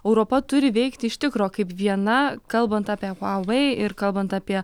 europa turi veikti iš tikro kaip viena kalbant apie huawei ir kalbant apie